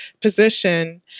position